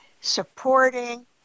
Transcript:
supporting